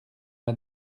m’a